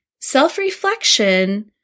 self-reflection